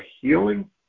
healing